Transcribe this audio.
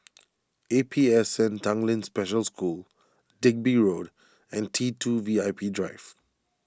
A P S N Tanglin Special School Digby Road and T two V I P Drive